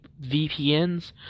VPNs